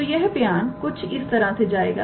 तो यह बयान कुछ इस तरह से जाएगा